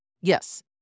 Yes